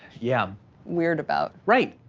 yeah weird about. right,